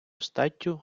статтю